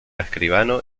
escribano